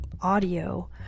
audio